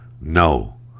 No